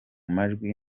majwi